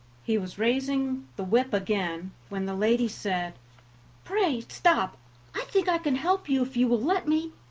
he was raising the whip again, when the lady said pray, stop i think i can help you if you will let me.